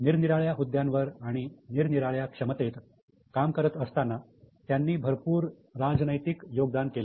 निरनिराळ्या हुद्द्यांवर आणि निरनिराळ्या क्षमतेत काम करत असताना त्यांनी भरपूर राजनैतिक योगदान केले